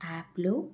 యాప్లో